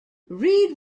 reid